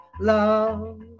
love